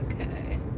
okay